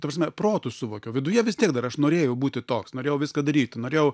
ta prasme protu suvokiau viduje vis tiek dar aš norėjau būti toks norėjau viską daryti norėjau